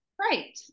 Right